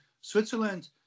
Switzerland